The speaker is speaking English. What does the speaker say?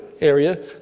area